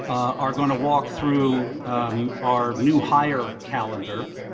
are gonna walk through our new hire calendar,